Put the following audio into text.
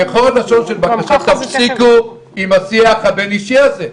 בקשה, תפסיקו עם השיח הבין-אישי הזה.